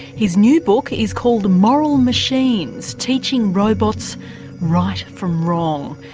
his new book is called moral machines teaching robots right from wrong,